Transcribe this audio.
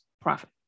profit